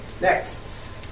next